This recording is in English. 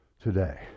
today